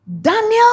Daniel